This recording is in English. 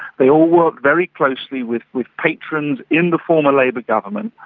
they all work very closely with with patrons in the former labour government,